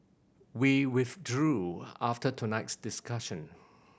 we withdrew after tonight's discussion